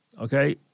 Okay